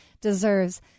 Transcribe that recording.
deserves